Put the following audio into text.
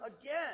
again